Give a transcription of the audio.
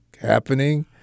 happening